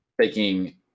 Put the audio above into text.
taking